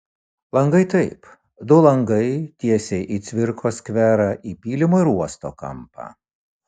langai taip du langai tiesiai į cvirkos skverą į pylimo ir uosto kampą